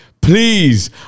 Please